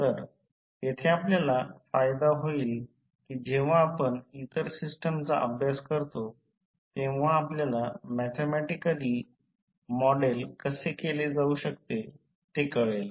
तर येथे आपल्याला फायदा होईल की जेव्हा आपण इतर सिस्टमचा अभ्यास करतो तेव्हा आपल्याला मॅथॅमॅटिकली मॉडेल कसे केले जाऊ शकतात हे कळेल